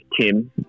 Tim